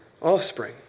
offspring